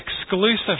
exclusive